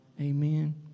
Amen